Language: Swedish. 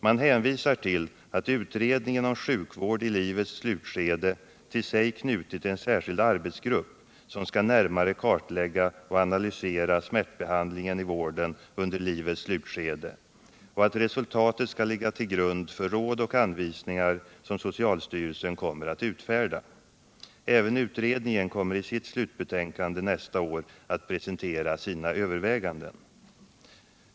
Man hänvisar till att utredningen beträffande sjukvård i livets slutskede till sig knutit en särskild arbetsgrupp som skall närmare kartlägga och analysera smärtbehandlingen i vården under livets slutskede och att resultatet skall ligga till grund för råd och anvisningar som socialstyrelsen kommer att utfärda. Även utredhingen kommer i sitt slutbetänkande nästa år att presentera sina överväganden.